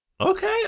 Okay